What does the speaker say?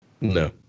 No